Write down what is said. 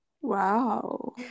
Wow